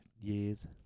years